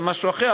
זה משהו אחר,